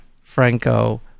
Franco